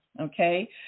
Okay